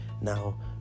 now